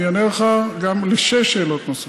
אני אענה לך גם לשש שאלות נוספות.